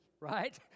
right